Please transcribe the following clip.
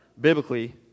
biblically